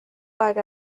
aeg